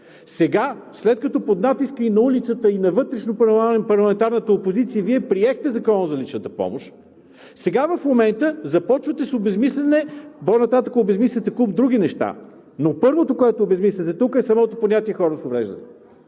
Сега, след като под натиска и на улицата, и на вътрешно парламентарната опозиция Вие приехте Закона за личната помощ, в момента започвате с обезсмисляне. По-нататък обезсмисляте куп други неща, но първото, което обезсмисляте тук, е самото понятие „хора с увреждания“,